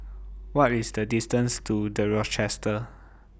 What IS The distance to The Rochester